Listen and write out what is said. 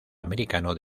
americano